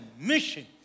mission